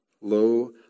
Lo